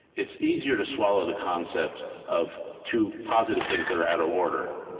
it's easier to swallow the concept of two positive things that are out of order.